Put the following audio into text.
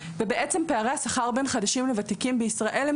פערי השכר בין חדשים לוותיקים בישראל הם